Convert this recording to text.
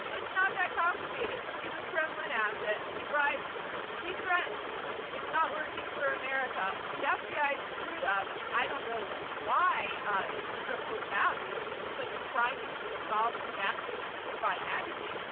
it's not that complicated. he's a kremlin asset. he bribes people. he threatens people. he's not working for america. the yeah fbi screwed up. i don't know why they screwed up so badly when this is like a crime that you could solve with back issues of spy magazine,